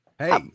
Hey